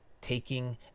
taking